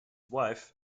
wife